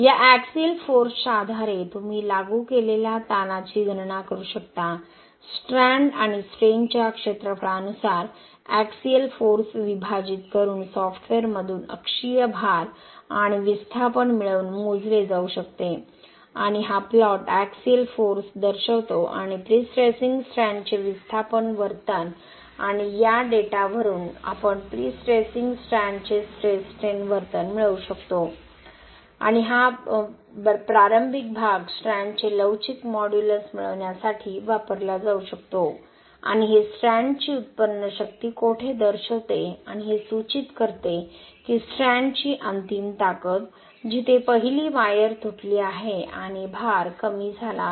या axial force च्या आधारे तुम्ही लागू केलेल्या ताणाची गणना करू शकता स्ट्रँड आणि स्ट्रेनच्या क्षेत्रफळानुसार एक्सिअल फोर्स विभाजित करून सॉफ्टवेअरमधून अक्षीय भार आणि विस्थापन मिळवून मोजले जाऊ शकते आणि हा प्लॉट एक्सिअल फोर्स दर्शवतो आणि प्रीस्ट्रेसिंग स्ट्रँडचे विस्थापन वर्तन आणि या डेटावरून आपण प्रीस्ट्रेसिंग स्ट्रँडचे स्ट्रेस स्ट्रेन वर्तन मिळवू शकतो आणि हा प्रारंभिक भाग स्ट्रँडचे लवचिक मॉड्यूलस मिळविण्यासाठी वापरला जाऊ शकतो आणि हे स्ट्रँडची उत्पन्न शक्ती कोठे दर्शवते आणि हे सूचित करते स्ट्रँडची अंतिम ताकद जिथे पहिली वायर तुटली आहे आणि भार कमी झाला आहे